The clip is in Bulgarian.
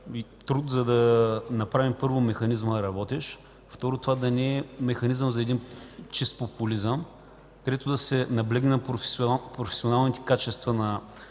труд, за да направим – първо, механизмът работещ, второ – това да не е механизъм за един чист популизъм, трето – да се наблегне на професионалните качества